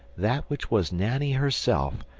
that which was nanny herself,